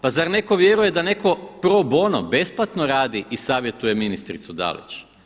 Pa zar netko vjeruje da netko pro bono, besplatno radi i savjetuje ministricu Dalić.